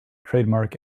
trademark